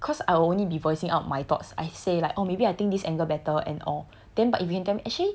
like cause I will only be voicing out my thoughts I say like or maybe I think this angle better and all